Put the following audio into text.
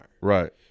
Right